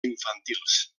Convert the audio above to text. infantils